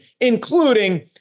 including